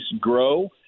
grow